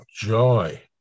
joy